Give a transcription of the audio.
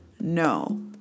No